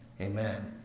amen